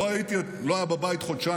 הוא לא היה בבית חודשיים.